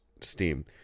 Steam